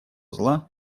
зла